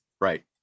right